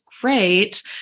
great